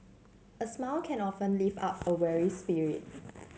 a smile can often lift up a weary spirit